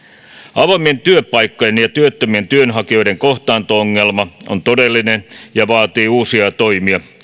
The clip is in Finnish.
avoimien työpaikkojen ja työttömien työnhakijoiden kohtaanto ongelma on todellinen ja vaatii uusia toimia